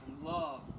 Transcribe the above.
love